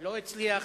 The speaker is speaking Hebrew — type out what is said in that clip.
לא הצליח